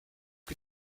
que